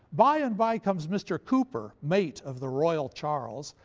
by and by comes mr. cooper, mate of the royall charles,